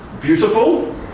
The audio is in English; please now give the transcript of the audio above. beautiful